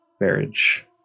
marriage